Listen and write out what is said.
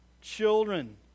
children